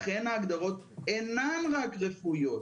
לכן ההגדרות אינן רק רפואיות.